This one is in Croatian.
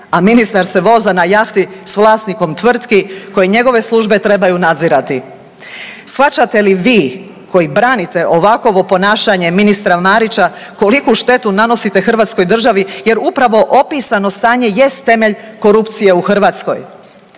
a ministar se voza na jahti s vlasnikom tvrtki koje njegove službe trebaju nadzirati. Shvaćate li vi, koji branite ovakovo ponašanje ministra Marića, koliku štetu nanosite Hrvatskoj državi, jer upravo opisano stanje jest temelj korupcije u Hrvatskoj.